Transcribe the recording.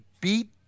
beat